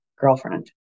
girlfriend